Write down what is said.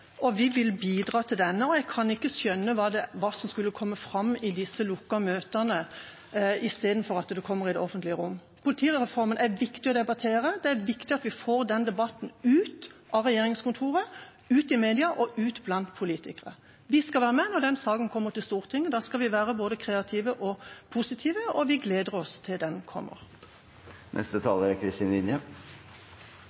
og vi vil bidra til denne. Og jeg kan ikke skjønne hva som skulle komme fram i disse lukkede møtene istedenfor at det kommer i det offentlige rom. Politireformen er viktig å debattere, det er viktig at vi får den debatten ut av regjeringskontoret, ut i media og ut blant politikere. Vi skal være med når den saken kommer til Stortinget, da skal vi være både kreative og positive, og vi gleder oss til den kommer.